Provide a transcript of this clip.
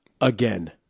again